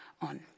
on